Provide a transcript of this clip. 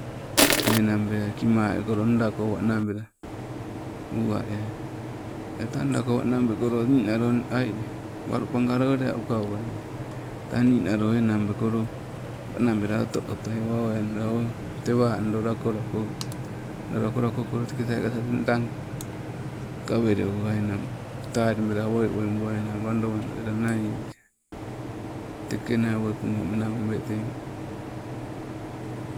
Enang beai, kima ekolo nda goo wanabela uwa eai, tetang nda goo wanabekolo niinalo ii, walu pagalole, uka uwainna tang ninalo enang bekolo, wanabela oto otoi awa oweainalo o, tewa ndoo lako loko ukolo teke taikata tang. Kawelewainan, talibela woiwoibuainan wado wado ela naieliai, tekenai wotuno menababe teng.